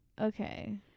Okay